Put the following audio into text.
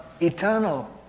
eternal